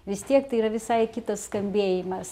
vis tiek tai yra visai kitas skambėjimas